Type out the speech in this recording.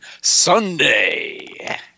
Sunday